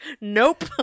nope